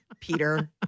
Peter